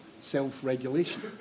self-regulation